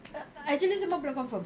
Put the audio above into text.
err actually semua belum confirm